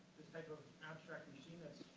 this type of abstract routine that's